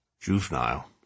Juvenile